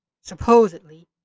supposedly